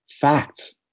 facts